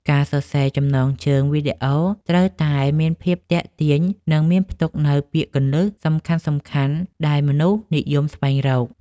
ការសរសេរចំណងជើងវីដេអូ ត្រូវតែមានភាពទាក់ទាញ និងមានផ្ទុកនូវពាក្យគន្លឹះសំខាន់ៗដែលមនុស្សនិយមស្វែងរក។